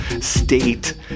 state